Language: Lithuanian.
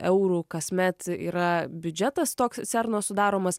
eurų kasmet yra biudžetas toks cerno sudaromas